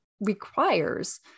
requires